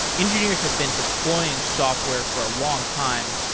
engineers have been deploying software for a longtime.